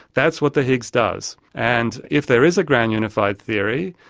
that's what the higgs does. and if there is a grand unified theory,